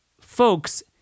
folks